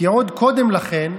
כי עוד קודם לכן,